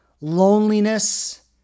loneliness